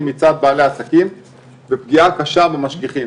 מצד בעלי העסקים ופגיעה קשה במשגיחים.